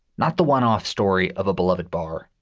not the one off story of a beloved bar,